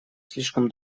слишком